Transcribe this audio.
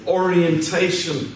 orientation